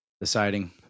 Deciding